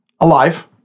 alive